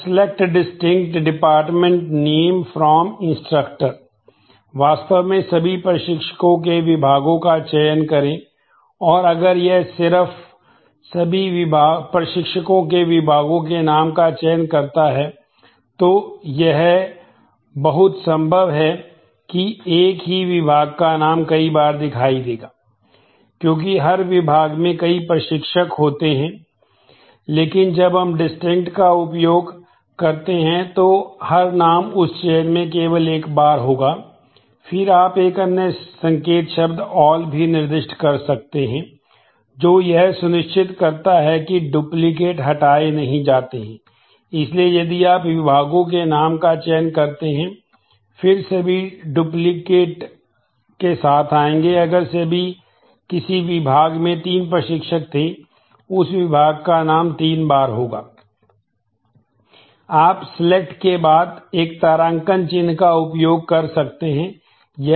तो select district department name from instructor के साथ आएंगे अगर किसी विभाग में 3 प्रशिक्षक थे उस विभाग का नाम तीन बार होगा